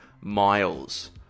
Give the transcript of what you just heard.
miles